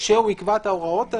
כשהוא יקבע את ההוראות האלה,